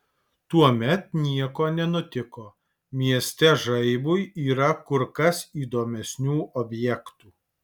tuomet nieko nenutiko mieste žaibui yra kur kas įdomesnių objektų